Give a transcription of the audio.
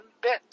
bit